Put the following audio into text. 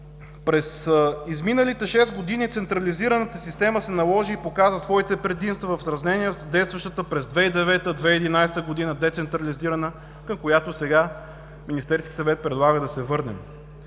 През изминалите шест години централизираната система се наложи и показа своите предимства в сравнение с действащата през 2009-2011 г. децентрализирана, към която сега Министерски съвет предлага да се върнем.